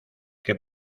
que